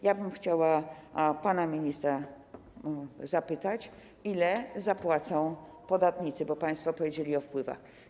Ja bym chciała pana ministra zapytać, ile zapłacą podatnicy, bo państwo powiedzieli o wpływach.